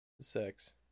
sex